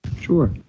Sure